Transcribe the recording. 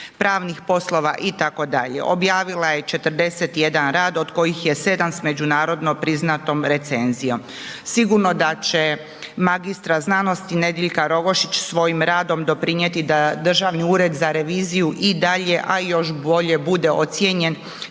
pravnih poslova itd.. Objavila je 41 rad od kojih je 7 sa međunarodno priznatom recenzijom. Sigurno da će magistra znanosti Nediljka Rogošić svojim radom doprinijeti da Državni ured za reviziju i dalje a i još bolje bude ocijenjen